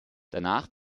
danach